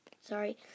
Sorry